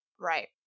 Right